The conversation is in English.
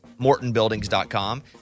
MortonBuildings.com